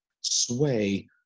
sway